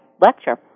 lecture